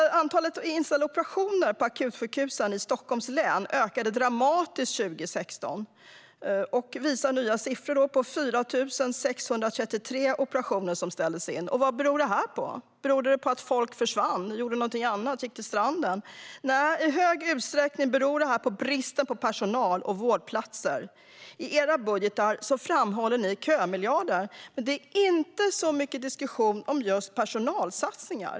Antalet inställda operationer på akutsjukhusen i Stockholms län ökade dramatiskt under 2016, visar nya siffror. Det var 4 633 operationer som ställdes in. Vad berodde det på? Berodde det på att folk försvann, gjorde någonting annat, gick till stranden? Nej, i hög utsträckning berodde detta på bristen på personal och vårdplatser. I era budgetar framhåller ni kömiljarden, men det är inte så mycket diskussion om just personalsatsningar.